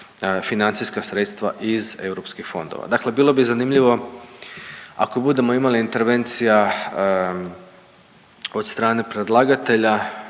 financijska sredstva iz EU fondova. Dakle bilo bi zanimljivo, ako budemo imali intervencija od strane predlagatelja,